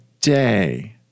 day